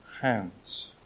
hands